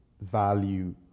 value